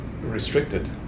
restricted